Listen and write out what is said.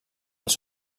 als